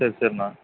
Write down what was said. சரி சரிண்ணா